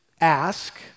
ask